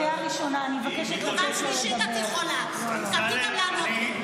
את מוכנה לא להפריע לי,